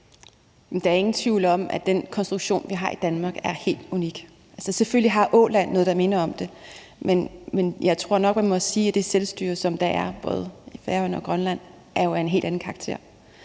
Der er ingen tvivl om, at den konstruktion, vi har i Danmark, er helt unik. Selvfølgelig har Åland noget, der minder om det, men jeg tror nok, man må sige, at det selvstyre, som der er både i Færøerne og Grønland, jo er af en helt anden karakter.